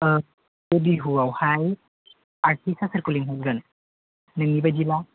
बिहुआवहाय आर्टिसा सोरखौ लिंहरगोन नोंनि बायदिबा